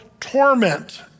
torment